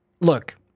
look